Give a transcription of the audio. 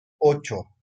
ocho